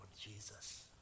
Jesus